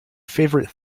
favorite